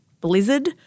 Blizzard